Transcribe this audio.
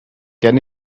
can